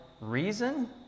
reason